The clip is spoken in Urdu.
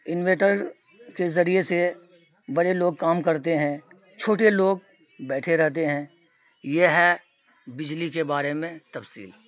انویٹر کے ذریعے سے بڑے لوگ کام کرتے ہیں چھوٹے لوگ بیٹھے رہتے ہیں یہ ہے بجلی کے بارے میں تفصیل